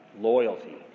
loyalty